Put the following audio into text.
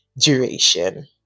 duration